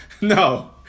No